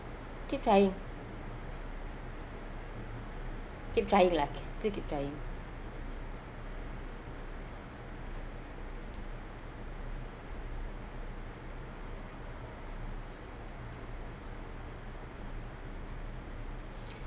keep trying keep trying lah can still keep trying